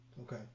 Okay